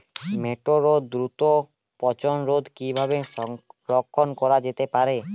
টমেটোর দ্রুত পচনরোধে কিভাবে সংরক্ষণ করা যেতে পারে?